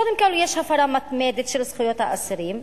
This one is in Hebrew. קודם כול, יש הפרה מתמדת של זכויות האסירים.